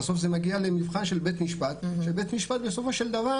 בסוף זה מגיע למבחן של בית משפט כשבית משפט בסופו של דבר